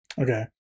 okay